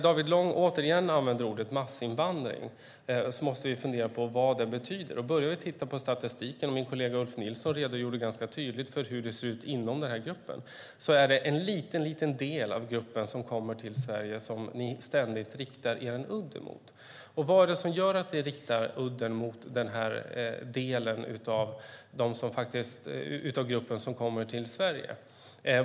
David Lång använde återigen ordet "massinvandring". Vi måste fundera på vad det betyder. Börjar vi tittar på statistiken, min kollega Ulf Nilsson redogjorde ganska tydligt för hur det ser ut inom den här gruppen, kan vi se att det är en liten del av gruppen som kommer till Sverige som ni ständigt riktar er udd mot. Vad är det som gör att ni riktar udden mot den här delen av den grupp som kommer till Sverige?